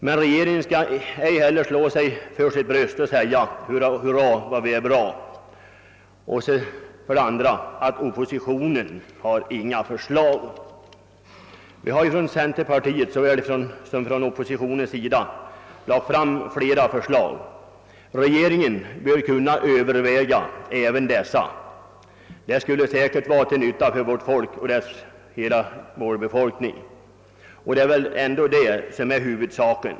Men regeringen skall å andra sidan inte heller slå sig för sitt bröst och säga: »Hurra vad vi är bra!» Och regeringen skall inte säga att oppositionen inte kommer med några förslag. Såväl från centerpartiets som den övriga oppositionens sida har flera förslag framlagts. Regeringen bör överväga även dessa; det skulle säkert vara till nytta för hela vår befolkning, och detta är väl huvudsaken.